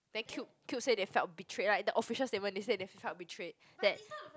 then Cube Cube said they felt betrayed the official statement they said they felt betrayed that